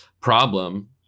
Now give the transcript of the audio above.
Problem